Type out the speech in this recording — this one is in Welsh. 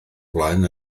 flaen